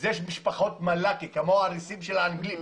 זה משפחות --- כמו אריסים של האנגלים.